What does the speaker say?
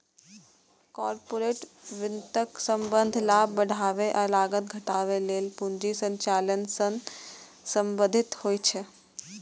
corporate वित्तक संबंध लाभ बढ़ाबै आ लागत घटाबै लेल पूंजी संचालन सं संबंधित होइ छै